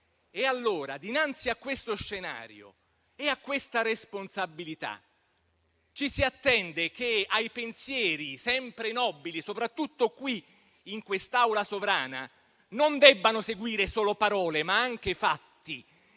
Ebbene, dinanzi a questo scenario e a questa responsabilità, ci si attende che ai pensieri, sempre nobili, soprattutto qui in quest'Aula sovrana, non debbano seguire solo parole, ma anche fatti.